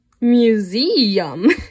Museum